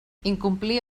incomplir